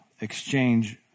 exchange